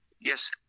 yes